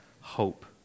hope